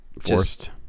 forced